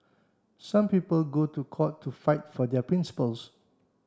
some people go to court to fight for their principles